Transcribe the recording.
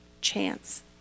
chance